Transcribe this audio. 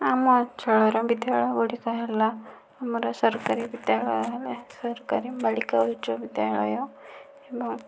ଆମ ଅଞ୍ଚଳର ବିଦ୍ୟାଳୟ ଗୁଡ଼ିକ ହେଲା ଆମର ସରକାରୀ ବିଦ୍ୟାଳୟ ହେଲା ସରକାରୀ ବାଳିକା ଉଚ୍ଚ ବିଦ୍ୟାଳୟ ଏବଂ